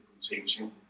teaching